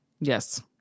Yes